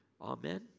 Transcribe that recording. Amen